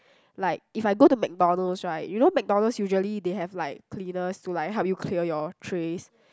like if I go to McDonald's right you know McDonald's usually they have like cleaners to like help you clear your trays